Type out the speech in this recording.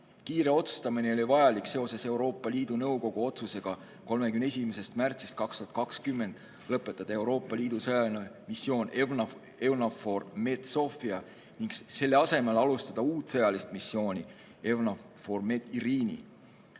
Kiire otsustamine oli vajalik seoses Euroopa Liidu Nõukogu otsusega 31. märtsist 2020 lõpetada Euroopa Liidu sõjaline missioon EUNAVFOR Med/Sophia ning selle asemel alustada uut sõjalist missiooni EUNAVFOR Med/Irini.